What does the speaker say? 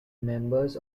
members